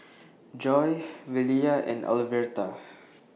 Joi Velia and Alverta